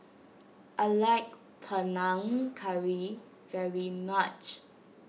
I like Panang Curry very much